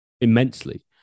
immensely